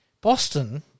Boston